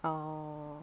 orh